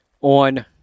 on